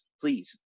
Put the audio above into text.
please